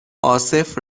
عاصف